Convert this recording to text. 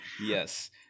Yes